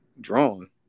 drawn